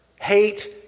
Hate